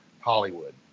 Hollywood